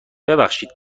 ببخشید